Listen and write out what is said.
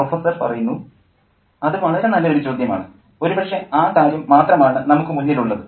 professor അത് വളരെ നല്ല ഒരു ചോദ്യമാണ് ഒരുപക്ഷേ ആ കാര്യം മാത്രമാണ് നമുക്ക് മുന്നിൽ ഉള്ളത്